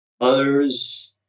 Others